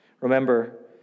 Remember